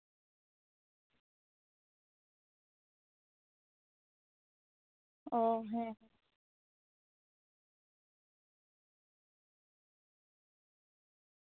ᱚᱸᱻ ᱦᱮᱸ